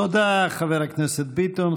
תודה, חבר הכנסת ביטון.